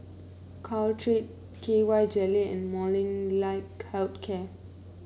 Caltrate K Y Jelly and Molnylcke Health Care